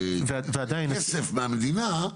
כרגע כסף מהמדינה,